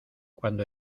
cuando